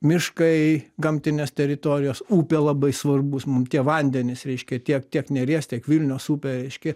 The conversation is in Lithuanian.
miškai gamtinės teritorijos upė labai svarbus mum tie vandenys reiškia tiek tiek neries tiek vilnios upė reiškia